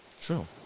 True